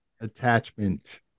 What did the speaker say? attachment